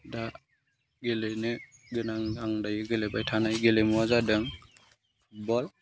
दा गेलेनो गोनां आं दायो गेलेबाय थानाय गेलेमुआ जादों फुटबल